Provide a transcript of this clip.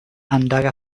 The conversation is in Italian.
andare